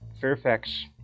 Fairfax